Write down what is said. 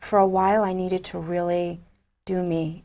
for a while i needed to really do me